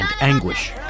anguish